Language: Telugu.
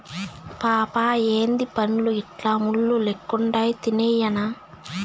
పాపా ఏందీ పండ్లు ఇట్లా ముళ్ళు లెక్కుండాయి తినేయ్యెనా